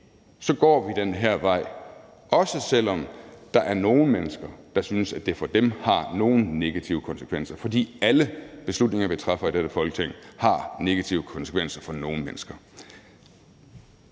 går vi den her vej, også selv om der er nogle mennesker, der synes, at det for dem har nogle negative konsekvenser, for alle beslutninger, vi træffer i dette Folketing, har negative konsekvenser for nogle mennesker.